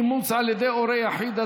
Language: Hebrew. אימוץ על ידי הורה יחיד),